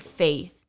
faith